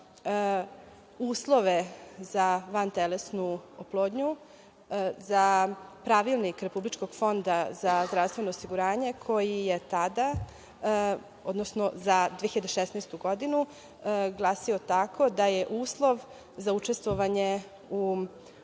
uslove za vantelesnu oplodnju, za Pravilnik Republičkog fonda za zdravstveno osiguranje, koji je tada, odnosno za 2016. godinu, glasio tako da je uslov za učestvovanje u